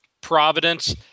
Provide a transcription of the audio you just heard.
Providence